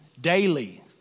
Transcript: daily